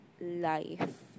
life